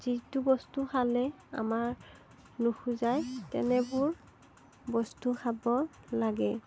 যিটো বস্তু খালে আমাৰ নোখোজাই তেনেবোৰ বস্তু খাব লাগে